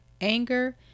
anger